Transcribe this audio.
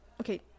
Okay